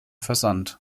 versand